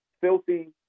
filthy